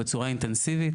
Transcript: בצורה אינטנסיבית